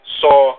saw